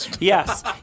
Yes